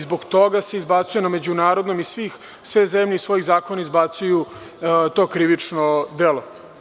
Zbog toga se izbacuje na međunarodno i sve zemlje iz svojih zakona izbacuju to krivično delo.